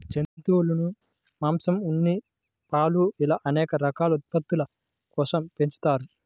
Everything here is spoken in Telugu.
జంతువులను మాంసం, ఉన్ని, పాలు ఇలా అనేక రకాల ఉత్పత్తుల కోసం పెంచుతారు